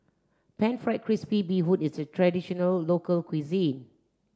pan fried crispy bee hoon is a traditional local cuisine